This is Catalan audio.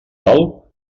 dalt